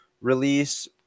release